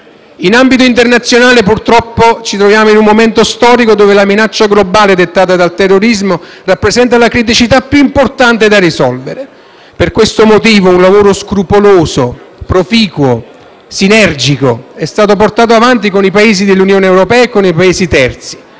In ambito internazionale, purtroppo, ci troviamo in un momento storico dove la minaccia globale dettata dal terrorismo rappresenta la criticità più importante da risolvere. Per questo motivo un lavoro scrupoloso, proficuo e sinergico è stato portato avanti tra i Paesi dell'Unione europea e i Paesi terzi,